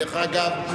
דרך אגב,